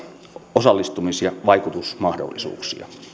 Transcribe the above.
osallistumis ja vaikutusmahdollisuuksia